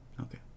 Okay